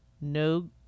no